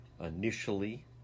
initially